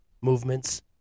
movements